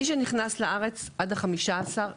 מי שנכנס לארץ עד 15.4,